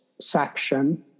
section